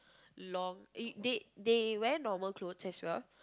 long eh they they wear normal clothes as well